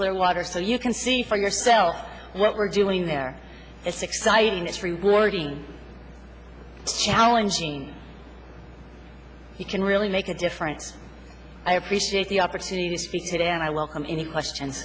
clear water so you can see for yourself what we're doing there it's exciting it's rewarding challenging you can really make a difference i appreciate the opportunity to speak today and i welcome any question